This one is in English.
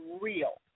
real